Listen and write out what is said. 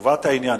לטובת העניין.